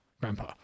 Grandpa